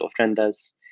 ofrendas